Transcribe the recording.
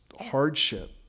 hardship